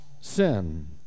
sin